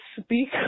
speak